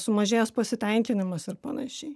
sumažėjęs pasitenkinimas ir panašiai